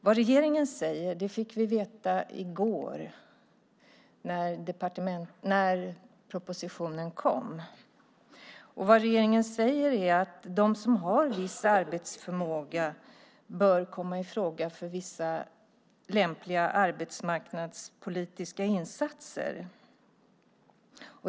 Vad regeringen säger fick vi veta i går när propositionen kom. Där sägs att de som har viss arbetsförmåga bör komma i fråga för vissa lämpliga arbetsmarknadspolitiska insatser.